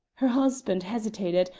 her husband hesitated,